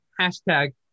hashtag